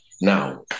now